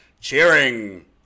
cheering